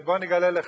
בוא אני אגלה לך: